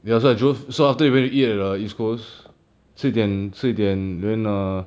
ya so I drove so after we went to eat at err east coast 吃点吃点 then err